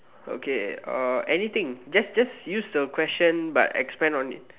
okay uh anything just just use the question but expand on it